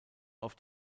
auf